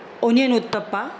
onion uttapa